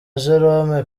jerome